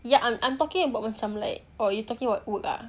yeah I'm I'm talking about macam or you talking about work ah